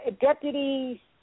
deputy